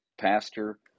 pastor